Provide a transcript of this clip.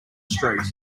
street